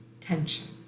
tension